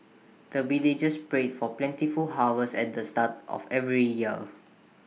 the villagers pray for plentiful harvest at the start of every year